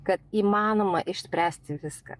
kad įmanoma išspręsti viską